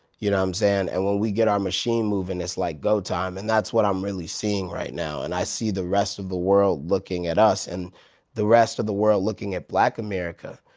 you know what i'm saying? and when we get our machine moving, it's like go time, and that's what i'm really seeing right now. and i see the rest of the world looking at us, and the rest of the world looking at black america,